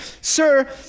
sir